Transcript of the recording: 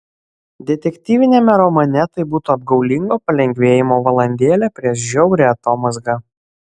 detektyviniame romane tai būtų apgaulingo palengvėjimo valandėlė prieš žiaurią atomazgą